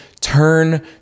turn